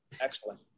Excellent